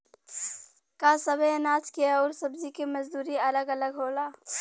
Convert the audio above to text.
का सबे अनाज के अउर सब्ज़ी के मजदूरी अलग अलग होला?